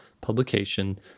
publication